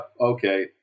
Okay